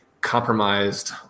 compromised